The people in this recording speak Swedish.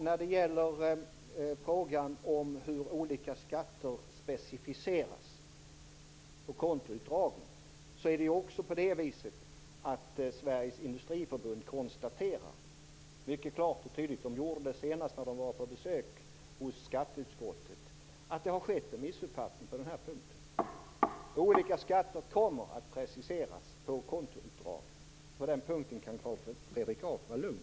När det gäller frågan om hur olika skatter specificeras på kontoutdragen konstaterar Sveriges Industriförbund klart och tydligt, senast när man var på besök hos skatteutskottet, att det har skett en missuppfattning på den här punkten. Olika skatter kommer att preciseras på kontoutdragen. På den punkten kan Carl Fredrik Graf vara lugn.